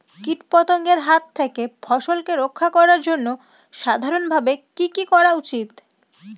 কীটপতঙ্গের হাত থেকে ফসলকে রক্ষা করার জন্য সাধারণভাবে কি কি করা উচিৎ?